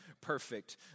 perfect